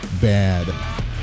bad